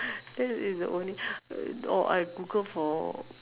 that is the only or I Google for